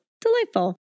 Delightful